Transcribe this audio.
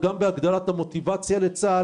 בהגדלת המוטיבציה לשירות,